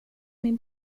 min